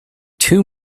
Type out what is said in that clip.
two